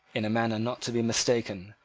in a manner not to be mistaken,